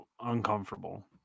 uncomfortable